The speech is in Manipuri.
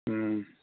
ꯎꯝ